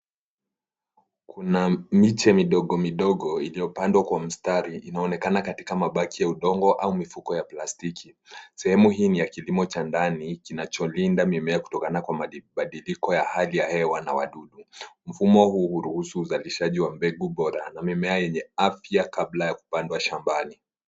Kuna miche midogo midogo iliyopandwa kwa mistari inaonekana katika mabaki ya udongo au mifuko ya plastiki. Sehemu hii ni ya kilimo cha ndani kinacholinda mimea kutokana na mabadiliko ya hali ya hewa na wadudu. Mfumo huu huruhusu uzalishaji wa mbegu bora na mimea yenye afya kabla ya kupandwa shambani.